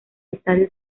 estadio